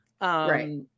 right